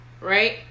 right